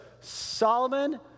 Solomon